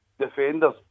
defenders